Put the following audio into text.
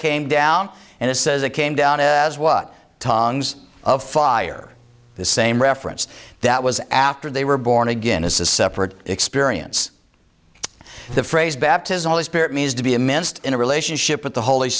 came down and it says it came down as what tongues of fire the same reference that was after they were born again as a separate experience the phrase baptism of the spirit means to be a mist in a relationship with the holy